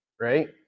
right